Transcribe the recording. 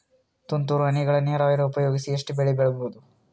ತುಂತುರು ಹನಿಗಳ ನೀರಾವರಿ ಉಪಯೋಗಿಸಿ ಎಷ್ಟು ಬೆಳಿ ಬೆಳಿಬಹುದು?